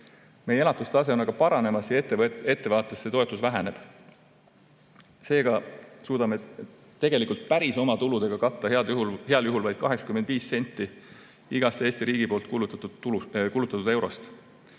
Meie elatustase on paranemas ja ettepoole vaadates see toetus väheneb. Seega suudame tegelikult päris oma tuludega katta heal juhul vaid 85 senti igast Eesti riigi poolt kulutatud eurost.